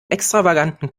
extravaganten